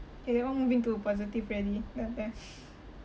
eh that [one] moving to a positive already not that